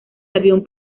avión